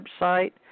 website